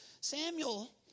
Samuel